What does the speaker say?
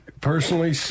personally